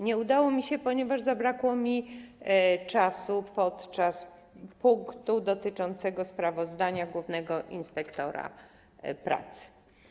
Nie udało mi się to, ponieważ zabrakło mi czasu podczas rozpatrywania punktu dotyczącego sprawozdania głównego inspektora pracy.